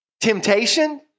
temptation